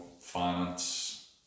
finance